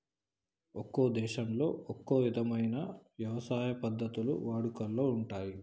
ఒక్కో దేశంలో ఒక్కో ఇధమైన యవసాయ పద్ధతులు వాడుకలో ఉంటయ్యి